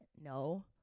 no